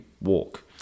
walk